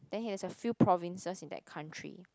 then he has a few provinces in that country